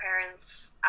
parents